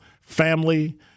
family